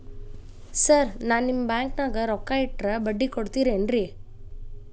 Sir ನಾನು ನಿಮ್ಮ ಬ್ಯಾಂಕನಾಗ ರೊಕ್ಕ ಇಟ್ಟರ ಬಡ್ಡಿ ಕೊಡತೇರೇನ್ರಿ?